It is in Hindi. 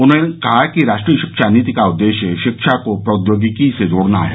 उन्होंने कहा कि राष्ट्रीय शिक्षा नीति का उद्देश्य शिक्षा को प्रौद्योगिकी से जोड़ना है